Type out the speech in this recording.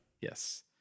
yes